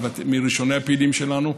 מראשוני הפעילים שלנו.